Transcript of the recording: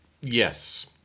Yes